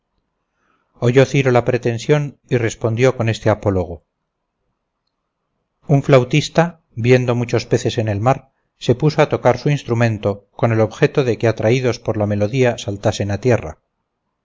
oyó ciro la pretensión y respondió con este apólogo un flautista viendo muchos peces en el mar se puso a tocar su instrumento con el objeto de que atraídos por la melodía saltasen a tierra